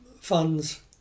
funds